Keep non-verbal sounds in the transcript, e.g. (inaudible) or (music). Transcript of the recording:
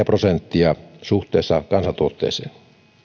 (unintelligible) prosenttia suhteessa kansantuotteeseen